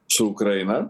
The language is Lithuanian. su ukraina